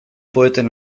poeten